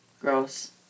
Gross